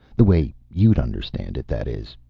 the way you'd understand it, that is.